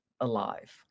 Alive